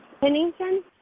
Pennington